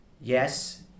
Yes